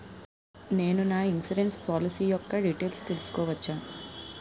నేను నా insurance policy యెక్క డీటైల్స్ తెల్సుకోవచ్చా?